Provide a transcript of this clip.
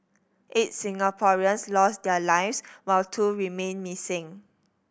eight Singaporeans lost their lives while two remain missing